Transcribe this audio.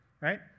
Right